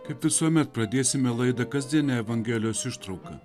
kaip visuomet pradėsime laidą kasdiene evangelijos ištrauka